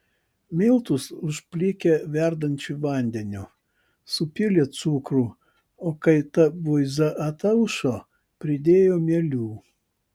miltus užplikė verdančiu vandeniu supylė cukrų o kai ta buiza ataušo pridėjo mielių